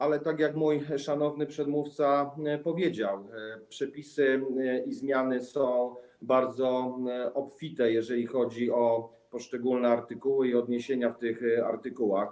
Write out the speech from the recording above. Ale tak jak mój szanowny przedmówca powiedział, przepisy i zmiany są bardzo obfite, jeżeli chodzi o poszczególne artykuły i odniesienia w tych artykułach.